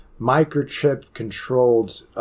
microchip-controlled –